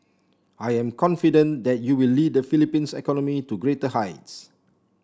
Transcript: I am confident that you will lead the Philippines economy to greater heights